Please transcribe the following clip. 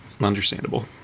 Understandable